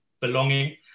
belonging